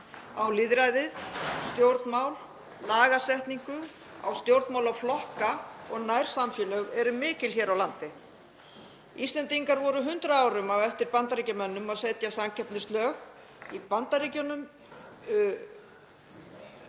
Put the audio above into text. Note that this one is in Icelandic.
á lýðræðið, stjórnmál, lagasetningu og á stjórnmálaflokka og nærsamfélög eru mikil hér á landi. Íslendingar voru 100 árum á eftir Bandaríkjamönnum að setja samkeppnislög. Í Bandaríkjunum